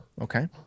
Okay